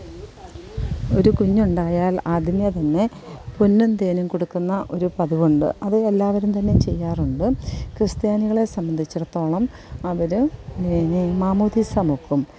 ഒരു കുഞ്ഞുണ്ടായാൽ ആദ്യമേ തന്നെ പൊന്നും തേനും കൊടുക്കുന്ന ഒരു പതിവുണ്ട് അത് എല്ലാവരും തന്നെ ചെയ്യാറുണ്ട് ക്രിസ്ത്യാനികളെ സംബന്ധിച്ചിടത്തോളം അവര് മാമോദിസ മുക്കും